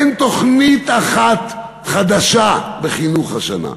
אין תוכנית אחת חדשה בחינוך השנה.